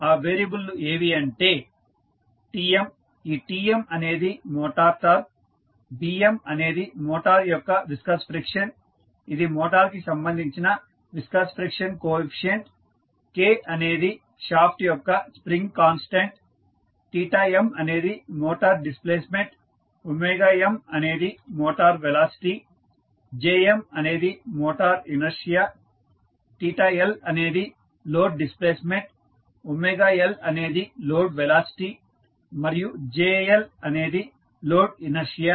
ఆ వేరియబుల్ లు ఏవి అంటేTm ఈ Tm అనేది మోటార్ టార్క్ Bm అనేది మోటార్ యొక్క విస్కస్ ఫ్రిక్షన్ ఇది మోటార్ కి సంబంధించిన విస్కస్ ఫ్రిక్షన్ కోఎఫీసియంట్ K అనేది షాఫ్ట్ యొక్క స్ప్రింగ్ కాన్స్టాంట్ m అనేది మోటార్ డిస్ప్లేస్మెంట్ m అనేది మోటార్ వెలాసిటీ Jm అనేది మోటార్ ఇనర్షియా L అనేది లోడ్ డిస్ప్లేసెమెంట్ L అనేది లోడ్ వెలాసిటీ మరియు JLఅనేది లోడ్ ఇనర్షియా